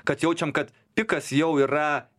kad jaučiam kad pikas jau yra